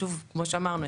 כמו שאמרנו,